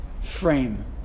frame